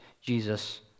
Jesus